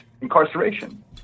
incarceration